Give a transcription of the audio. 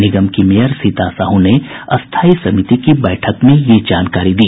निगम की मेयर सीता साहू ने स्थायी समिति की बैठक में यह जानकारी दी